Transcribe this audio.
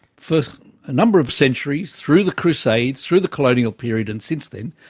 for a number of centuries, through the crusades, through the colonial period and since then,